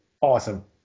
awesome